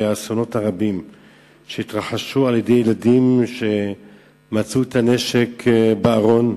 האסונות הרבים שהתרחשו על-ידי ילדים שמצאו את הנשק בארון,